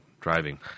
driving